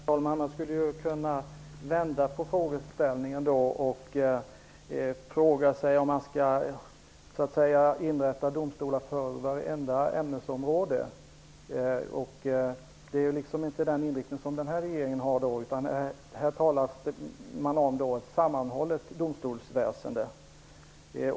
Herr talman! Man skulle kunna vända på frågeställningen och fråga sig om vi skall inrätta domstolar för vartenda ämnesområde. Det är inte den inriktning som regeringen har. Här talas om ett sammanhållet domstolsväsende.